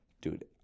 Dude